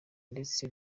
ndetse